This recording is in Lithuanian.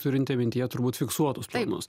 turint mintyje turbūt fiksuotos kainos